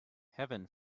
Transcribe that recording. heaven